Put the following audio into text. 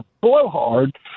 blowhard